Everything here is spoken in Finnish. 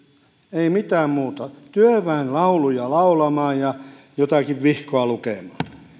ei mitään muuta työnväen lauluja laulamaan ja jotakin vihkoa lukemaan